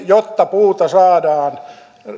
jotta puuta saadaan